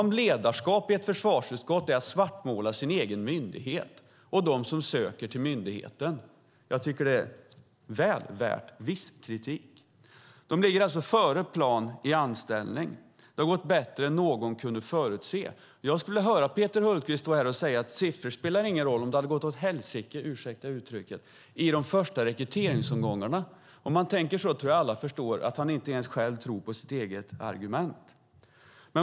Är ledarskap i ett försvarsutskott att svartmåla sin egen myndighet och dem som söker till myndigheten? Jag tycker att det förtjänar viss kritik. Man ligger alltså före planen i anställning. Det har gått bättre än någon kunnat förutse. Jag skulle vilja höra Peter Hultqvist säga att siffror inte spelar någon roll om det hade gått åt helsike i de första rekryteringsomgångarna. Om man tänker så tror jag att alla förstår att han inte ens själv tror på sitt eget argument.